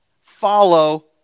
follow